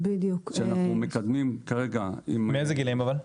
שאנחנו מקדמים כרגע --- מאיזה גילאים אבל?